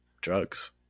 drugs